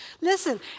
Listen